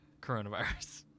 coronavirus